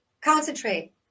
concentrate